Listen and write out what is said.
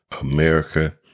America